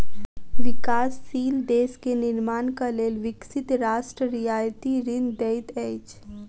विकासशील देश के निर्माणक लेल विकसित राष्ट्र रियायती ऋण दैत अछि